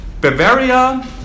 Bavaria